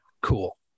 Cool